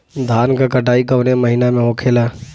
धान क कटाई कवने महीना में होखेला?